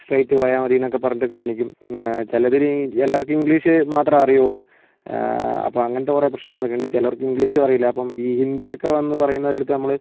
straight പോയാൽ മതീന്നൊക്കെ പറഞ്ഞിട്ട് കാണിക്കും ചിലർ ചിലർക്ക് ഇംഗ്ലീഷ് മാത്രമേ അറിയുള്ളൂ അപ്പോൾ അങ്ങനത്തെ കുറെ പ്രശ്നങ്ങളൊക്കെയുണ്ട് ചിലർക്ക് ഇംഗ്ലീഷും അറിയില്ല അപ്പം ഈ ഹിന്ദിയൊക്കെ വന്ന് പറയുന്നവരുടെ അടുത്ത് നമ്മൾ